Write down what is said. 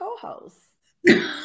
co-host